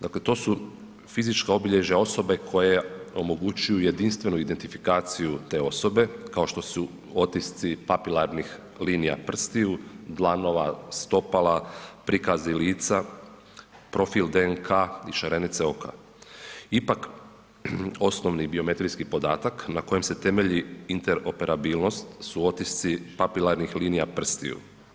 Dakle to su fizička obilježja osobe koja omogućuju jedinstvenu identifikaciju te osobe kao što su otisci papilarnih linija prstiju, dlanova, stopala, prikazi lica, profil DNK i šarenice oka, ipak, osnovni biometrijski podatak na kojem se temelji interoperabilnost papilarnih linija prstiju.